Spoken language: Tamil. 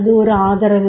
இது ஒரு ஆதரவு